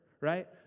right